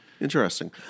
Interesting